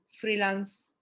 freelance